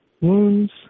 wounds